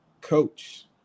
coach